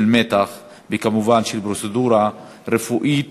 של מתח, וכמובן, של פרוצדורה רפואית